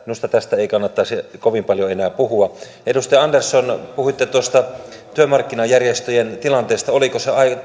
minusta tästä ei kannattaisi kovin paljon enää puhua edustaja andersson puhuitte tuosta työmarkkinajärjestöjen tilanteesta oliko se